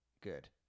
good